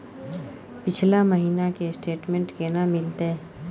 पिछला महीना के स्टेटमेंट केना मिलते?